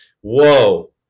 Whoa